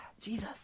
Jesus